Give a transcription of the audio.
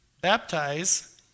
baptize